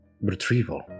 Retrieval